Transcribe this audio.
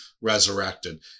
resurrected